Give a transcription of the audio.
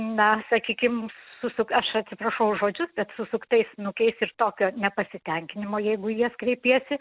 na sakykim susuk aš atsiprašau už žodžius bet susuktais snukiais ir tokio nepasitenkinimo jeigu į jas kreipiesi